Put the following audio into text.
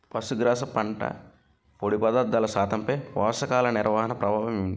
పశుగ్రాస పంట పొడి పదార్థాల శాతంపై పోషకాలు నిర్వహణ ప్రభావం ఏమిటి?